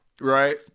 right